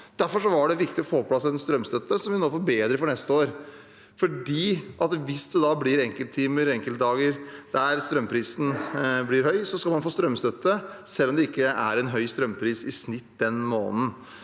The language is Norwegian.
Derfor var det viktig å få på plass en strømstøtte, som vi nå forbedrer for neste år. Hvis det blir enkelttimer eller enkeltdager da strømprisen blir høy, skal man få strømstøtte selv om det ikke er en høy strømpris i snitt den måneden.